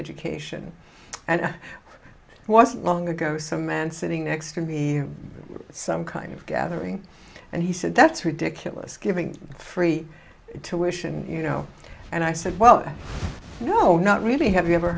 education and it wasn't long ago some man sitting next to be some kind of gathering and he said that's ridiculous giving free tuition you know and i said well no not really have you ever